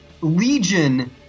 Legion